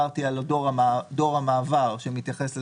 השווי המשוערך של